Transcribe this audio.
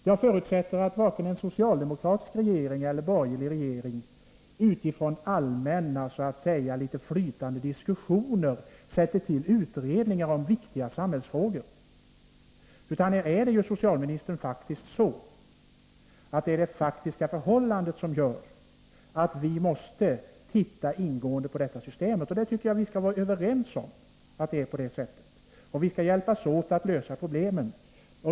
Jag förutsätter att varken en socialdemokratisk regering eller en borgerlig regering utifrån allmänna, litet flytande diskussioner sätter till utredningar om viktiga samhällsfrågor, utan här är det, herr socialminister, det faktiska förhållandet som gör att vi måste titta ingående på detta system. Jag tycker att vi skall vara överens om att det är på det sättet. Och vi skall hjälpas åt att lösa problemen.